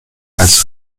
als